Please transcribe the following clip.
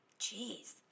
Jeez